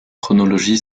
chronologie